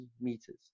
meters